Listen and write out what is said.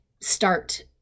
start